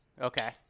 okay